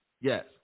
Yes